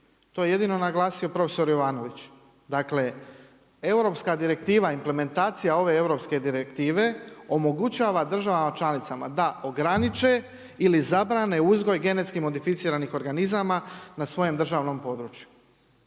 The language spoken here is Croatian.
to je jedino naglasio profesor Jovanović. Dakle, europska direktiva implementacija ove europske direktive omogućava državama članicama da ograniče ili zabrane uzgoj genetski modificiranih organizama na svojem državnom području.